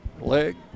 leg